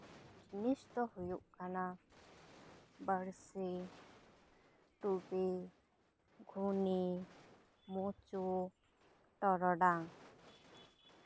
ᱡᱤᱱᱤᱥ ᱫᱚ ᱦᱩᱭᱩᱜ ᱠᱟᱱᱟ ᱵᱟᱬᱥᱤ ᱴᱩᱯᱤ ᱜᱷᱩᱱᱤ ᱢᱩᱪᱩ ᱴᱚᱨᱚᱰᱟᱝ